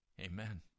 Amen